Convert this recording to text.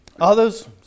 Others